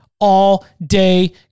all-day